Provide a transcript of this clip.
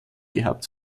gehabt